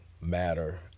matter